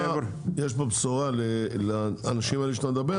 יש פה בשורה לאנשים האלה שאתה מדבר עליהם.